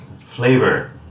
Flavor